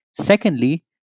Secondly